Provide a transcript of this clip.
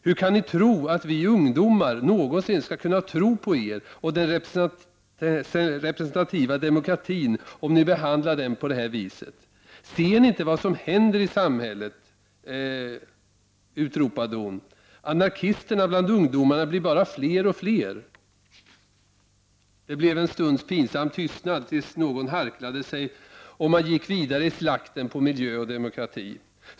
Hur kan ni tro att vi ungdomar någonsin skall kunna tro på er och den representativa demokratin om ni behandlar den på det här viset? frågade hon. Ser ni inte vad som händer i samhället, utropade hon, anarkisterna bland ungdomarna blir bara fler och fler! Det blev en stunds pinsam tystnad, tills någon harklade sig. Sedan gick man vidare i slakten på miljö och demokrati.